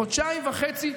חודשיים וחצי.